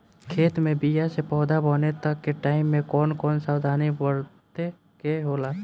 खेत मे बीया से पौधा बने तक के टाइम मे कौन कौन सावधानी बरते के होला?